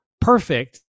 perfect